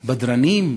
בדרנים?